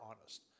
honest